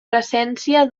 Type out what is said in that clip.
presència